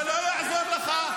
זה לא יעזור לך.